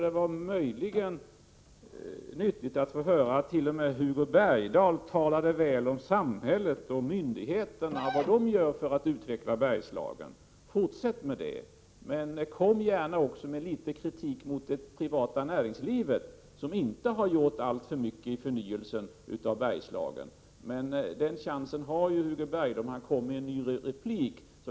Det var möjligen nyttigt att få höra att t.o.m. Hugo Bergdahl talade väl om samhället och myndigheterna och vad dessa gör för att utveckla Bergslagen. Fortsätt med detta, men kom gärna också med litet kritik mot det privata näringslivet, som inte har gjort alltför mycket för förnyelsen av Bergslagen. Den chansen har ju Hugo Bergdahl om han kommer med ett nytt inlägg.